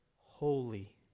holy